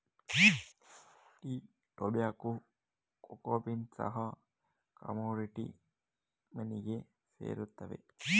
tea, tobacco, cocoa beans ಸಹ commodity ಮನಿಗೆ ಸೇರುತ್ತವೆ